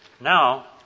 Now